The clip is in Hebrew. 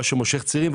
מה שמושך צעירים,